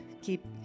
Keep